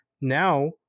now